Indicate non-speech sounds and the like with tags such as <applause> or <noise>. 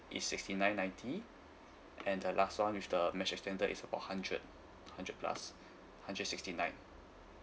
is sixty nine ninety and the last one with the mesh extender is about hundred hundred plus <breath> hundred sixty nine